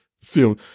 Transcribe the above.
film